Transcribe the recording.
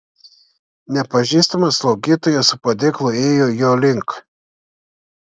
nepažįstama slaugytoja su padėklu ėjo jo link